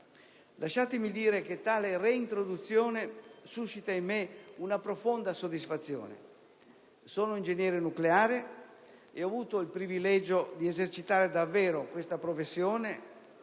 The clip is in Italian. Lasciatemi dire che tale reintroduzione suscita in me una profonda soddisfazione. Sono ingegnere nucleare e ho avuto il privilegio di esercitare davvero questa professione